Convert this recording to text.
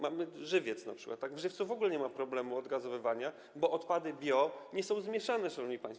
Mamy Żywiec np., a w Żywcu w ogóle nie ma problemu odgazowywania, bo odpady bio nie są zmieszane, szanowni państwo.